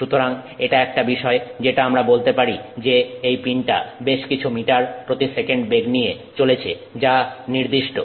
সুতরাং এটা একটা বিষয় যেটা আমরা বলতে পারি যে এই পিনটা বেশকিছু মিটার প্রতি সেকেন্ড বেগ নিয়ে চলছে যা নির্দিষ্ট